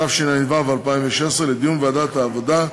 התשע"ו 2016, לדיון בוועדת העבודה,